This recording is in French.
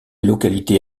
localité